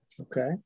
Okay